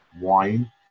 wine